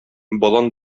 балан